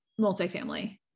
multifamily